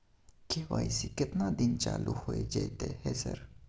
KYC केतना दिन चालू होय जेतै है सर?